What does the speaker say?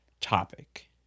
topic